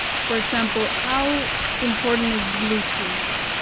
for example, how important is bluetooth?